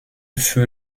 fut